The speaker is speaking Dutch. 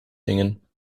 dingen